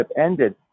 ended